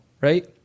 right